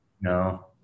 no